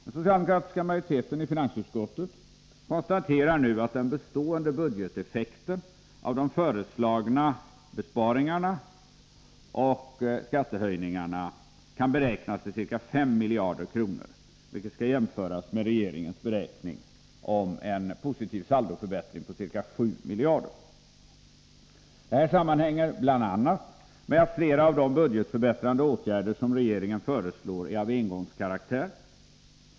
Den socialdemokratiska majoriteten i finansutskottet konstaterar att den bestående budgeteffekten av de föreslagna besparingarna och skattehöjningarna kan beräknas till ca 5 miljarder kronor, vilket skall jämföras med regeringens beräkning om en positiv saldoförbättring på ca 7 miljarder. Det här sammanhänger bl.a. med att flera av de budgetförbättrande åtgärder som regeringen föreslår är av engångskaraktär.